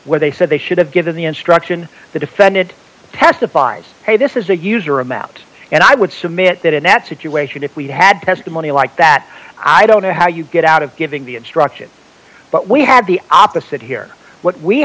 where they said they should have given the instruction the defendant testifies hey this is a user amount and i would submit that in that situation if we had testimony like that i don't know how you get out of giving the instruction but we had the opposite here what we